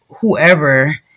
whoever